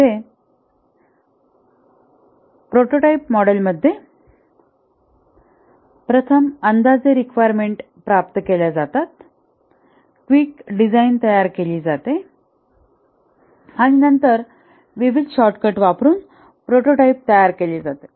येथे प्रोटोटाइप मॉडेलमध्ये प्रथम अंदाजे रिक्वायरमेंट प्राप्त केल्या जातात क्विक डिझाईन तयार केली जाते आणि नंतर विविध शॉर्टकट वापरुन प्रोटोटाइप तयार केला जातो